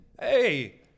Hey